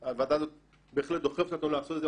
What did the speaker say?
הוועדה הזאת בהחלט דוחפת אותנו לעשות את זה.